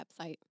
website